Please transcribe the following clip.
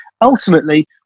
Ultimately